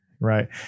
right